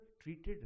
treated